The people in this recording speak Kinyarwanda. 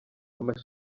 mama